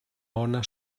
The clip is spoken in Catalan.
ona